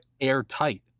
airtight